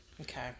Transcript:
Okay